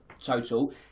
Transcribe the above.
total